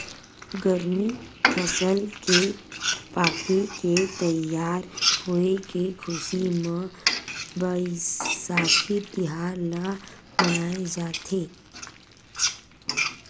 गरमी फसल के पाके के तइयार होए के खुसी म बइसाखी तिहार ल मनाए जाथे